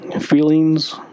feelings